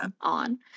on